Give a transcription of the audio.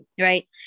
Right